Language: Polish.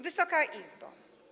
Wysoka Izbo!